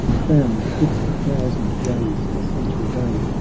crowned with a thousand rays essential day,